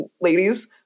ladies